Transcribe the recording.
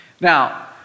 Now